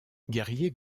guerrier